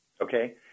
okay